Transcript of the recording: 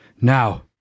Now